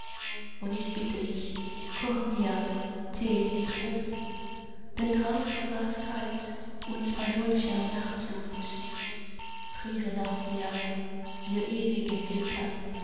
und ich bitte dich koche mir tee mit rum denn draußen war's kalt und bei solcher nachtluft frieren auch wir wir ewigen götter